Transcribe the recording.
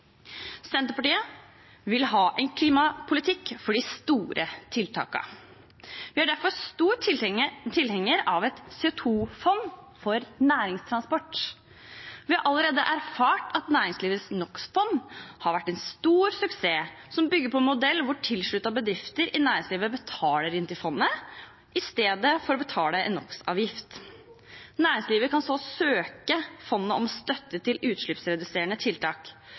Senterpartiet vil ha en klimapolitikk for de store tiltakene. Vi er derfor sterke tilhengere av et CO2-fond for næringstransport. Vi har allerede erfart at Næringslivets NOx-fond har vært en stor suksess. Det bygger på en modell hvor tilsluttede bedrifter i næringslivet betaler inn til fondet i stedet for å betale en NOx-avgift. Næringslivet kan så søke fondet om støtte til utslippsreduserende tiltak.